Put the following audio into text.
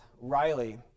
Riley